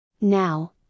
Now